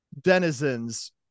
denizens